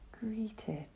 Greeted